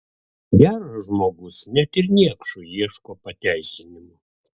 geras žmogus net ir niekšui ieško pateisinimų